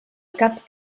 cap